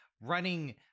running